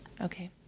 Okay